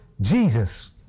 Jesus